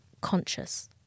conscious